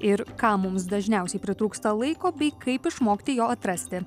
ir ką mums dažniausiai pritrūksta laiko bei kaip išmokti jo atrasti